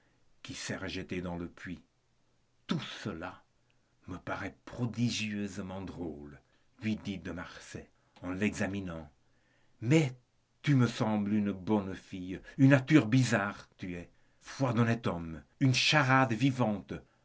qui serai jetée dans le puits tout cela me paraît prodigieusement drôle lui dit de marsay en l'examinant mais tu me parais une bonne fille une nature bizarre tu es foi d'honnête homme une charade vivante